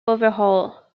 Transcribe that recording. overhaul